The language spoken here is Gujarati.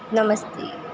નમસ્તે